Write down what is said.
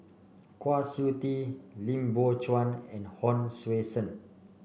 Kwa Siew Tee Lim Biow Chuan and Hon Sui Sen